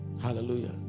hallelujah